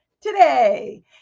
today